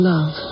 Love